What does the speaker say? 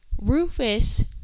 Rufus